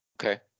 Okay